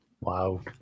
Wow